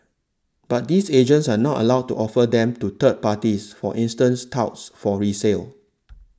but these agents are not allowed to offer them to third parties for instance touts for resale